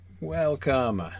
Welcome